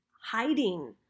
hiding